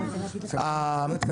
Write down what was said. רוטמן,